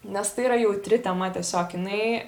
nes tai yra jautri tema tiesiog jinai